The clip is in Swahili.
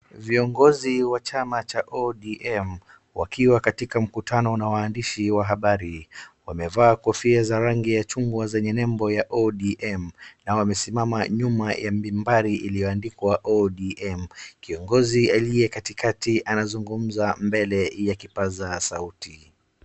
Viongozi wa chama cha ODM wakiwa katika mkutano na waandishi wa habari. Wamevaa kofia za rangi ya chungwa zenye nembo ya ODM na wamesimama nyuma ya mimbari iliyoandikwa ODM . Kiongozi aliye mbele anazungumza mbele ya kipaza sauti.